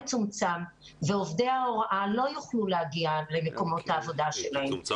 תצומצם ועובדי ההוראה לא יוכלו להגיע למקומות העבודה שלהם.